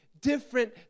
different